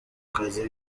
kazi